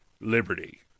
liberty